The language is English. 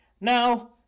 Now